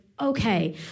okay